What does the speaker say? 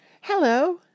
Hello